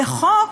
וחוק,